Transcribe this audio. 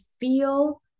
feel